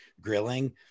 grilling